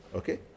okay